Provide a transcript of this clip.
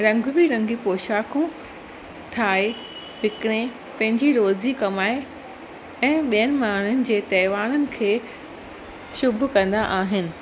रंग बिरंगी पोशाकूं ठाहे विकिणे पंहिंजी रोज़ी कमाए ऐं ॿियनि माण्हुनि जे तहिवारनि खे शुभ कंदा आहिनि